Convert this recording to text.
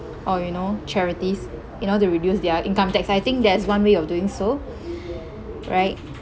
or you know charities in order to reduce their income tax I think that is one way of doing so right